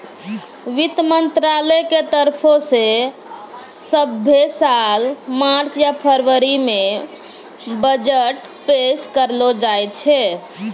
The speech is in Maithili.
वित्त मंत्रालय के तरफो से सभ्भे साल मार्च या फरवरी मे बजट पेश करलो जाय छै